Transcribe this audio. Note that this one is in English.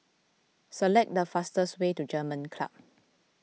select the fastest way to German Club